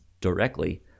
directly